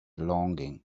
longing